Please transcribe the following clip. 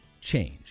change